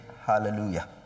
Hallelujah